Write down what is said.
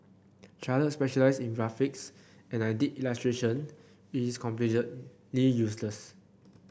Charlotte specialised in graphics and I did illustration which is completely useless